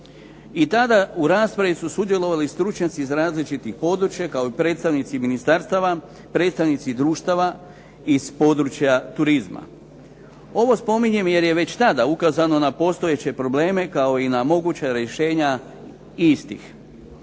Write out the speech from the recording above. I tada u raspravi su sudjelovali stručnjaci iz različitih područja, kao i predstavnici ministarstava, predstavnici društava iz područja turizma. Ovo spominjem jer je već tada ukazano na postojeće probleme, kao i na moguća rješenja istih.